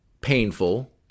painful